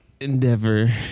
endeavor